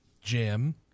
Jim